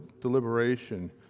deliberation